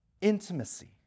intimacy